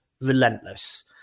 relentless